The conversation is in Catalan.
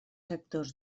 sectors